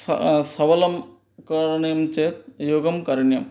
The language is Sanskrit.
स सबलं करणीयं चेत् योगः करणीयः